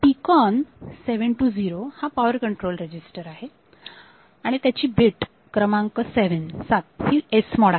इथे PCON हा power control register असून त्याची बीट क्रमांक 7 ही SMOD आहे